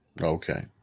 Okay